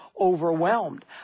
overwhelmed